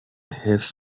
حفظ